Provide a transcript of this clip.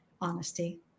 Honesty